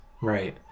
Right